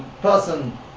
person